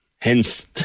Hence